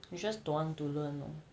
you just don't want to learn lor